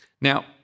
Now